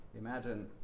imagine